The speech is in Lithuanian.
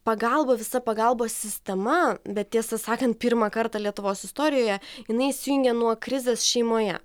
pagalba visa pagalbos sistema bet tiesą sakant pirmą kartą lietuvos istorijoje jinai įsijungia nuo krizės šeimoje